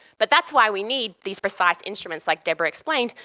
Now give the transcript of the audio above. but that's why we need these precise instruments, like debra explained,